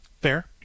Fair